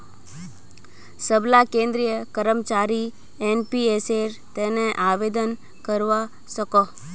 सबला केंद्रीय कर्मचारी एनपीएसेर तने आवेदन करवा सकोह